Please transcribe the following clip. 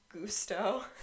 gusto